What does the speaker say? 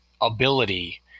ability